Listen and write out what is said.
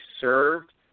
served